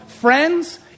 Friends